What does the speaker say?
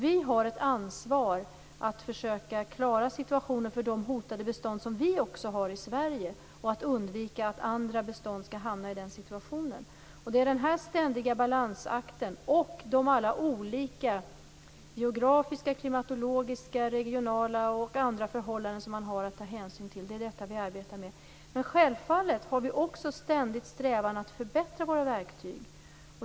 Vi har ett ansvar att försöka klara situationen för de hotade bestånd som vi har i Sverige och undvika att andra bestånd skall hamna i den situationen. Det är denna ständiga balansakt som man har att ta hänsyn till, förutom geografiska, klimatologiska, regionala m.fl. förhållanden. Det är detta vi arbetar med. Självfallet strävar vi också ständigt efter att förbättra våra verktyg.